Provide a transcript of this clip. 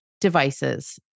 devices